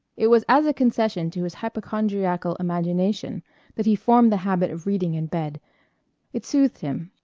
it was as a concession to his hypochondriacal imagination that he formed the habit of reading in bed it soothed him.